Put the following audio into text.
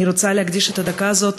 אני רוצה להקדיש את הדקה הזאת